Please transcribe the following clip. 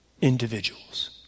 Individuals